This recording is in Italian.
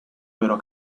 vero